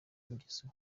ingeso